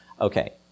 okay